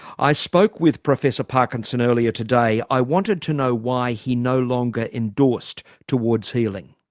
i spoke with professor parkinson earlier today i wanted to know why he no longer endorsed towards healing.